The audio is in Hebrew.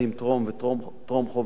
טרום-חובה,